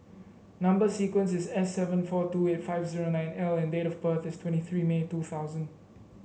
number sequence is S seven four two eight five zero nine L and date of birth is twenty three May two thousand